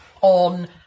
on